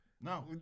no